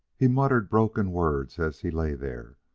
he muttered broken words as he lay there,